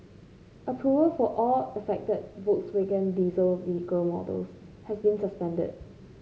approval for all affected Volkswagen diesel vehicle models has been suspended